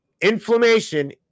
Inflammation